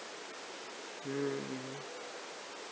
mm mm